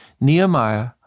Nehemiah